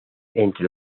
entre